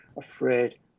afraid